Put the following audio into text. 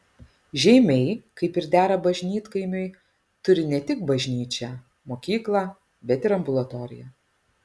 žeimiai kaip ir dera bažnytkaimiui turi ne tik bažnyčią mokyklą bet ir ambulatoriją